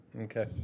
Okay